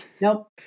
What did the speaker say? Nope